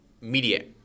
media